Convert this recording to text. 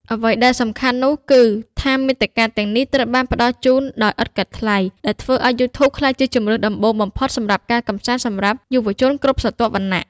អ្វីដែលសំខាន់នោះគឺថា មាតិកាទាំងនេះត្រូវបានផ្តល់ជូនដោយឥតគិតថ្លៃ ដែលធ្វើឲ្យ YouTube ក្លាយជាជម្រើសដំបូងសម្រាប់ការកម្សាន្តសម្រាប់យុវជនគ្រប់ស្រទាប់វណ្ណៈ។